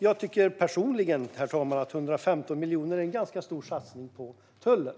Jag tycker som sagt personligen att 115 miljoner är en ganska stor satsning på tullen.